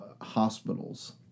hospitals